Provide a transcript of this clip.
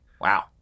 wow